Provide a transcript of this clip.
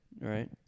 Right